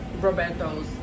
Roberto's